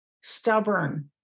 stubborn